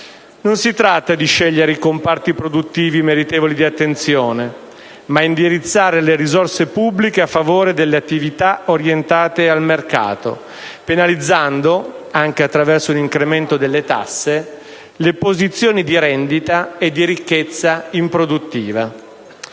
Non si tratta di scegliere i comparti produttivi meritevoli di attenzione, ma di indirizzare le risorse pubbliche a favore delle attività orientate al mercato, penalizzando - anche attraverso un incremento delle tasse - le posizioni di rendita e di ricchezza improduttiva.